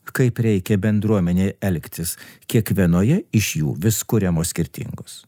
kaip reikia bendruomenei elgtis kiekvienoje iš jų vis kuriamos skirtingos